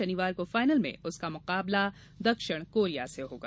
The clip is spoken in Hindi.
शनिवार को फाइनल में उसका मुकाबला दक्षिण कोरिया से होगा